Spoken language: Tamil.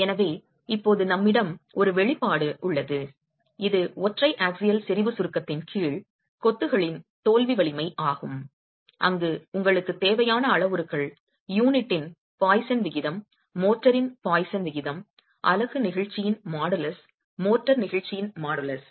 எனவே இப்போது நம்மிடம் ஒரு வெளிப்பாடு உள்ளது இது ஒற்றை ஆக்சியல் செறிவு சுருக்கத்தின் கீழ் கொத்துகளின் தோல்வி வலிமை ஆகும் அங்கு உங்களுக்குத் தேவையான அளவுருக்கள் யூனிட்டின் பாய்சன் விகிதம் மோர்டரின் பாய்சனின் விகிதம் அலகு நெகிழ்ச்சியின் மாடுலஸ் மோர்டார் நெகிழ்ச்சியின் மாடுலஸ்